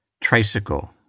Tricycle